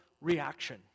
reaction